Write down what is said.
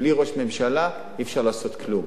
בלי ראש ממשלה אי-אפשר לעשות כלום,